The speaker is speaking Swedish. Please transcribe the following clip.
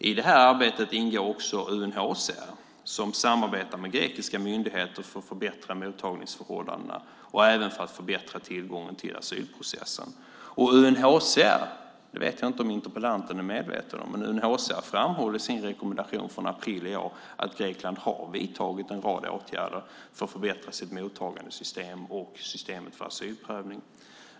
I det arbetet ingår också UNHCR, som samarbetar med grekiska myndigheter för att förbättra mottagningsförhållandena och även för att förbättra tillgången till asylprocessen. Jag vet inte om interpellanten är medveten om att UNHCR framhåller i sin rekommendation från april i år att Grekland har vidtagit en rad åtgärder för att förbättra sitt mottagandesystem och systemet för asylprövning.